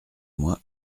moi